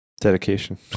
Dedication